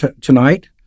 tonight